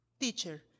teacher